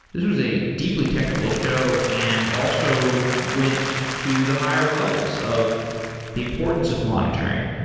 this was a deeply technical show, and also went to the higher levels of the importance of monitoring.